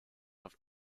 auf